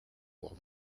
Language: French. pour